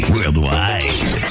Worldwide